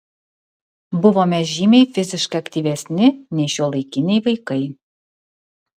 buvome žymiai fiziškai aktyvesni nei šiuolaikiniai vaikai